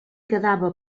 quedava